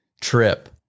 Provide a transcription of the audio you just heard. trip